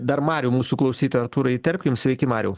dar marių mūsų klausytoją artūrai įterpkim sveiki mariau